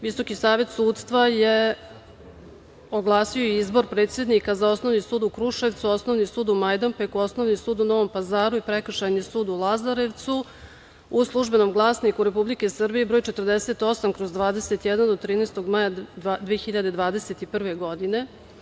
Visoki savet sudstva je oglasio izbor predsednika za Osnovni sud u Kruševcu, Osnovi sud u Majdanpeku, Osnovni sud u Novom Pazaru i Prekršajni sud u Lazarevcu u „Službenom glasniku Republike Srbije“ broj 48/21 od 13. maja 2021. godine.